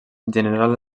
general